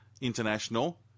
international